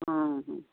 ହଁ ହଁ